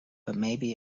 butmaybe